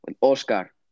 Oscar